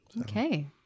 Okay